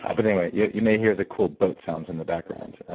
um but anyway, yeah you may hear the cool boat sounds in the background.